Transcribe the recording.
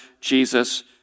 Jesus